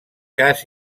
cas